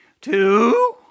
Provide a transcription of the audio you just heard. two